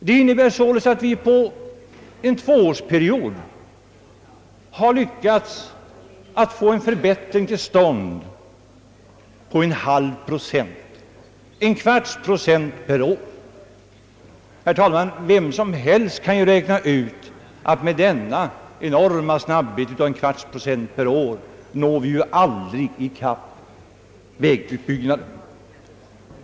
Det innebär således att vi under en tvåårsperiod har lyckats få en förbättring till stånd på en halv procent, d. v. s. en kvarts procent per år. Vem som helst kan ju räkna ut att vi aldrig med denna enorma snabbhet av en kvarts procent per år når i kapp vägutbyggnaden.